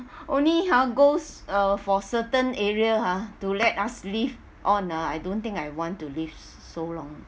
only ha goes uh for certain area ha to let us live on ah I don't think I want to live so long